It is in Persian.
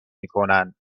میکنن